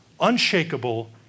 unshakable